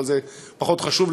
אבל זה פחות חשוב,